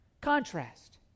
Contrast